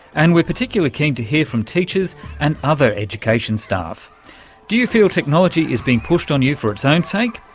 and we're particularly keen to hear from teachers and other education staff do you feel technology is being pushed on you for its own sake?